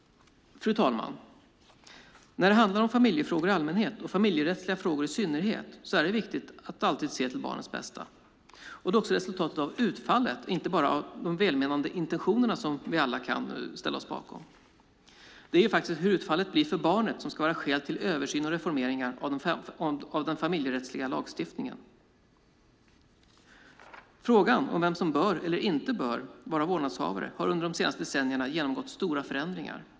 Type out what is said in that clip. Fru talman! När det handlar om familjefrågor i allmänhet och familjerättsliga frågor i synnerhet är det viktigt att alltid se till barnets bästa, och då också till utfallet och inte bara till de välmenande intentioner som vi alla kan ställa oss bakom. Det är hur utfallet blir för barnet som ska vara skäl till översyn och reformeringar av den familjerättsliga lagstiftningen. Frågan om vem som bör eller inte bör vara vårdnadshavare har under de senaste decennierna genomgått stora förändringar.